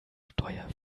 steuer